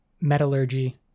metallurgy